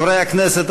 חברי הכנסת,